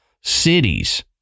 cities